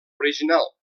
original